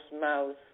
mouth